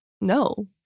No